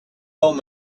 old